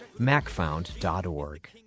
macfound.org